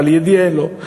אבל ידע אין לו.